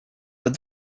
but